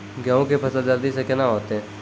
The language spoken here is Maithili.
गेहूँ के फसल जल्दी से के ना होते?